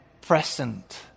present